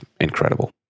incredible